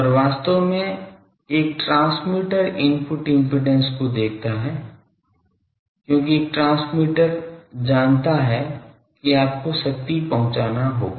और वास्तव में एक ट्रांसमीटर इनपुट इम्पीडेन्स को देखता है क्योंकि एक ट्रांसमीटर जानता है कि आपको शक्ति पहुंचाना होगा